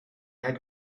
had